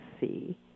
see